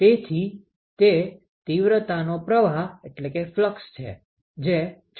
તેથી તે તીવ્રતાનો પ્રવાહ છે જે છોડે છે